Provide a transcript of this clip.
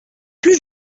plus